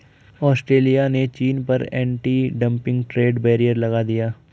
Australia ने चीन पर एंटी डंपिंग ट्रेड बैरियर लगा दिया